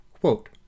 quote